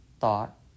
thought